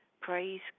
Praise